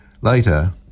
Later